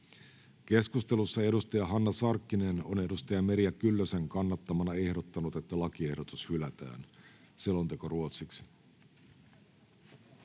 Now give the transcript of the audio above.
Keskustelussa Hanna Sarkkinen on Merja Kyllösen kannattamana ehdottanut, että lakiehdotus hylätään. [Speech 10]